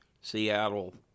Seattle